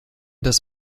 das